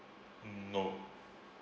mm no